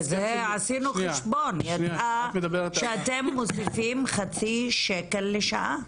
עשינו חשבון שאתם מוסיפים חצי שקל לשעה.